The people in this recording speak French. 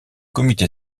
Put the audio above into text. comité